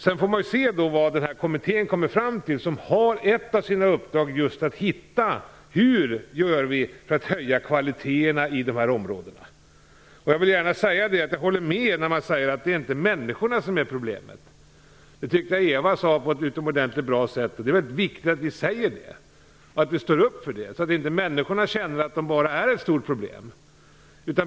Sedan får man se vad kommittén kommer fram till. Ett av dess uppdrag är just att finna ut hur vi skall göra för att höja kvaliteten i dessa områden. Jag håller med när man säger att det inte är människorna som är problemet. Det tyckte jag Eva Johansson sade på ett utomordentligt bra sätt. Det är väldigt viktigt att vi säger det och att vi står upp för det så att inte människorna känner att de bara är ett stort problem.